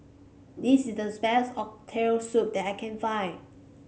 this is thus best Oxtail Soup that I can find